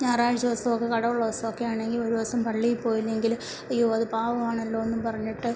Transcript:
ഞായറാഴ്ച്ച ദിവസം ഒക്കെ കട ഉള്ള ദിവസം ഒക്കെ ആണെങ്കിൽ ഒരു ദിവസം പള്ളിയിൽ പോയില്ലെങ്കിൽ അയ്യോ അത് പാപം ആണല്ലോ എന്നും പറഞ്ഞിട്ട്